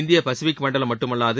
இந்திய பசிபிக் மண்டலம் மட்டுமல்லாது